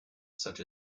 such